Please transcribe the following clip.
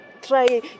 Try